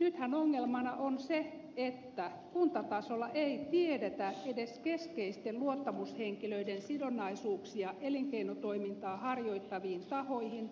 nythän ongelmana on se että kuntatasolla ei tiedetä edes keskeisten luottamushenkilöiden sidonnaisuuksia elinkeinotoimintaa harjoittaviin tahoihin